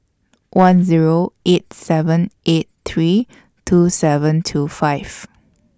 one Zero eight seven eight three two seven two five